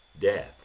death